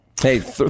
Hey